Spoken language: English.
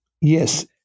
Yes